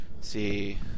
see